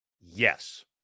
Yes